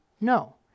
No